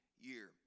year